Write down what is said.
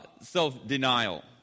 self-denial